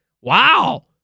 Wow